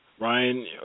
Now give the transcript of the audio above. Ryan